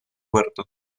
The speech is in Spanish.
huerto